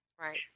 Right